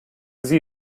sie